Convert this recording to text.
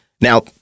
Now